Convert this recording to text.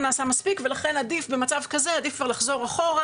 ולכן עדיף במצב כזה כבר לחזור אחורה,